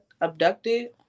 abducted